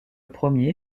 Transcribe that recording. premier